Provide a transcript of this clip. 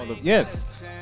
Yes